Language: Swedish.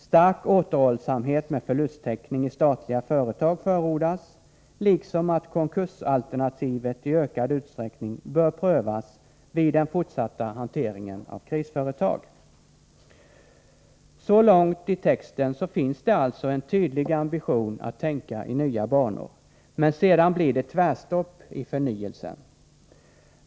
Stark återhållsamhet med förlusttäckning i statliga företag förordas, liksom att konkursalternativet i ökad utsträckning bör prövas vid den fortsatta hanteringen av krisföretag. Så långt i texten finns det alltså en tydlig ambition att tänka i nya banor, men sedan blir det tvärstopp i ”förnyelsen”.